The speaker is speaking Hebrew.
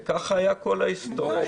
וככה היה כל ההיסטוריה שהייתה אצלנו.